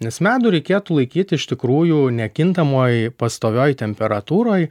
nes medų reikėtų laikyt iš tikrųjų nekintamoj pastovioj temperatūroj